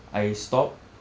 I stop